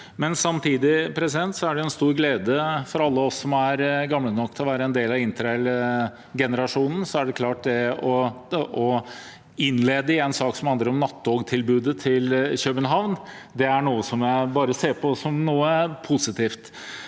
Samtidig er det en stor glede for alle oss som er gamle nok til å være en del av interrailgenerasjonen, å innlede en sak som handler om nattogtilbud til København. Det er noe jeg bare ser på som positivt.